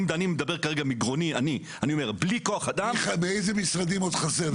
אני מדבר כרגע מגרוני שלי: בלי כוח-אדם --- באיזה משרד עוד חסר,